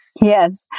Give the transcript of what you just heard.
Yes